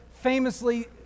famously